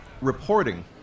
reporting